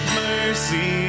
mercy